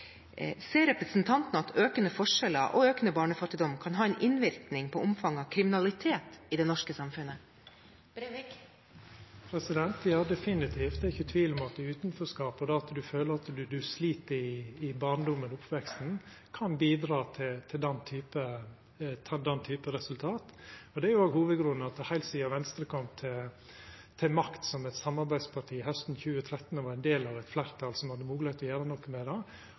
Ser representanten at økende forskjeller og økende barnefattigdom kan ha en innvirkning på omfanget av kriminalitet i det norske samfunnet? Ja, definitivt, det er ikkje tvil om at utanforskap og det at ein føler at ein slit i barndommen og i oppveksten, kan bidra til den typen resultat. Det er òg hovudgrunnen til at me heilt sidan Venstre kom til makta som eit samarbeidsparti hausten 2013 og vart ein del av eit fleirtal som hadde moglegheit til å gjera noko med det,